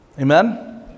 Amen